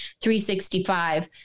365